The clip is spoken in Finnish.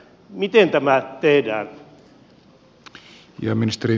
miten tämä tehdään